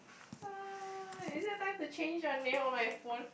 !ah! is it time to change your name on my phone